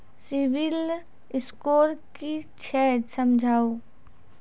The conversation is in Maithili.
सिविल स्कोर कि छियै समझाऊ?